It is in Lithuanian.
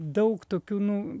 daug tokių nu